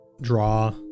draw